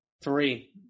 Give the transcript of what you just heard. three